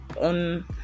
on